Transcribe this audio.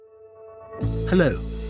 Hello